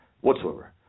whatsoever